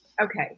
okay